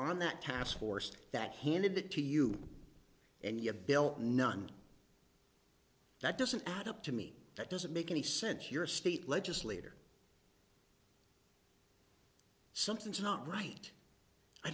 on that task force that handed that to you and your bill none that doesn't add up to me that doesn't make any sense your state legislator something's not right i